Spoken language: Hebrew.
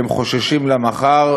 הם חוששים למחר,